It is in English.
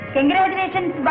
Congratulations